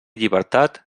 llibertat